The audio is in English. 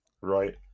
right